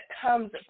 comes